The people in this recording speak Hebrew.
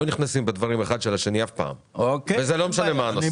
פעם לא נכנסים בדברים האחד של השני וזה לא משנה מה הנושא.